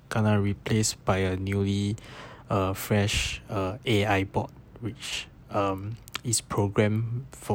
kena replaced by a newly ah fresh ah A_I bot which um is program